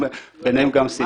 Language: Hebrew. ביניהן גם סינית.